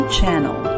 Channel